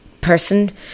person